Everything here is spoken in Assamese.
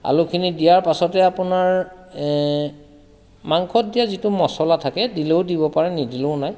আলুখিনি দিয়াৰ পাছতে আপোনাৰ মাংসত দিয়া যিটো মছলা থাকে দিলেও দিব পাৰে নিদিলেও নাই